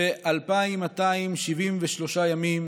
2,273 ימים